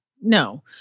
no